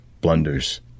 blunders